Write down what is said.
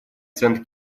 сент